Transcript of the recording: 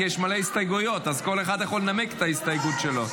כי יש מלא הסתייגויות אז כל אחד יכול לנמק את ההסתייגות שלו.